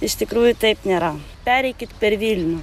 iš tikrųjų taip nėra pereikit per vilnių